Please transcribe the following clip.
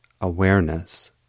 awareness